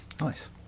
Nice